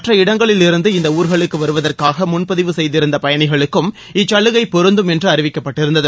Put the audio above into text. மற்ற இடங்களிலிருந்து இஇந்த இணர்களுக்கு வருவதற்காக முன்பதிவு செய்திருந்த பயணிகளுக்கும் இச்சலுகை பொருந்தும் என்று அறிவிக்கப்பட்டிருந்தது